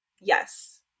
Yes